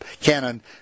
cannon